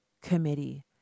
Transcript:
committee